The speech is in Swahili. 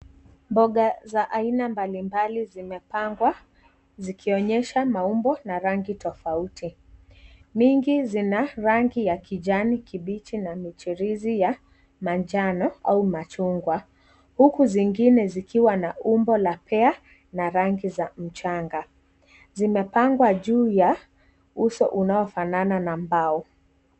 Mboga za aina mbalimbali zimepangwa zikionyesha maumbo na rangi tofauti. Mingi zina rangi ya kijani kibichi na michirizi ya manjano au machungwa, huku zingine zikiwa na umbo la pea na rangi za mchanga. Zimepangwa juu ya uso unaofanana na mbao.